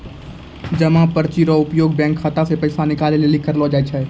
जमा पर्ची रो उपयोग बैंक खाता से पैसा निकाले लेली करलो जाय छै